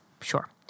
Sure